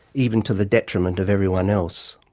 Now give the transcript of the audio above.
even to the detriment of everyone else.